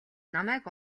намайг